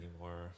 anymore